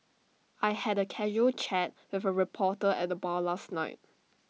I had A casual chat with A reporter at the bar last night